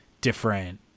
different